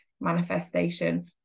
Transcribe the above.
manifestation